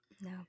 No